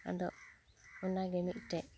ᱟᱫᱚ ᱚᱟᱱᱜᱮ ᱢᱤᱫᱴᱮᱱ